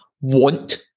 want